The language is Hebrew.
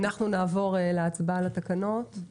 אנחנו נעבור להצבעה על התקנות.